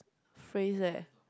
phase leh